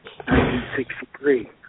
1963